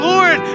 Lord